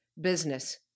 business